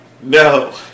No